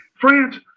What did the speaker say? France